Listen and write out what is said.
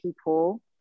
people